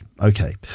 Okay